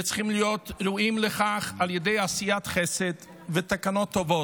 וצריכים להיות ראויים לכך על ידי עשיית חסד ותקנות טובות.